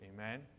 Amen